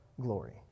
glory